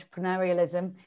entrepreneurialism